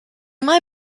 mae